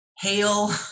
hail